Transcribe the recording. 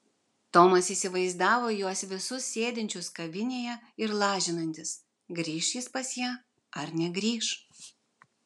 tomas įsivaizdavo juos visus sėdinčius kavinėje ir lažinantis grįš jis pas ją ar negrįš